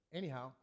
anyhow